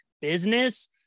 Business